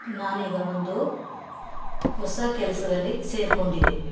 ನಾನೀಗ ಒಂದು ಹೊಸ ಕೆಲ್ಸದಲ್ಲಿ ಸೇರ್ಕೊಂಡಿದ್ದೆ